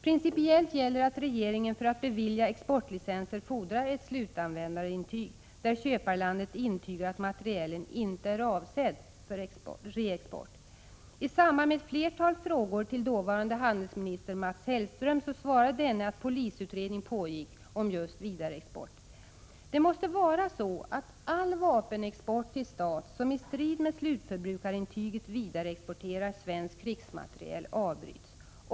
Principiellt gäller att regeringen för att bevilja exportlicenser fordrar ett slutanvändarintyg, där köparlandet intygar att materielen inte är avsedd för reexport. I samband med ett flertal frågor till dåvarande handelsminister Mats Hellström svarade denne att polisutredning pågick om just vidareexport. Det måste vara så att all vapenexport till stat som i strid med slutförbrukarintyget vidareexporterar svensk krigsmateriel avbryts.